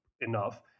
enough